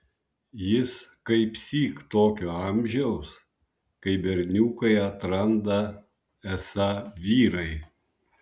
jis kaipsyk tokio amžiaus kai berniukai atranda esą vyrai